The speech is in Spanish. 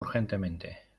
urgentemente